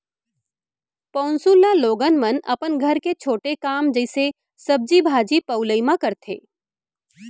पौंसुल ल लोगन मन अपन घर के छोटे काम जइसे सब्जी भाजी पउलई म करथे